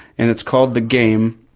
and it's called the game.